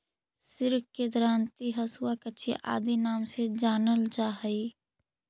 sickle के दरांति, हँसुआ, कचिया आदि नाम से जानल जा हई